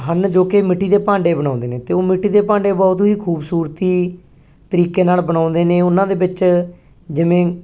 ਹਨ ਜੋ ਕਿ ਮਿੱਟੀ ਦੇ ਭਾਂਡੇ ਬਣਾਉਂਦੇ ਨੇ ਅਤੇ ਉਹ ਮਿੱਟੀ ਦੇ ਭਾਂਡੇ ਬਹੁਤ ਹੀ ਖੂਬਸੂਰਤੀ ਤਰੀਕੇ ਨਾਲ ਬਣਾਉਂਦੇ ਨੇ ਉਹਨਾਂ ਦੇ ਵਿੱਚ ਜਿਵੇਂ